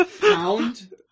Pound